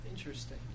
Interesting